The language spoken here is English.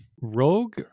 Rogue